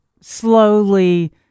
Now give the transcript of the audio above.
slowly